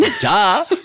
Duh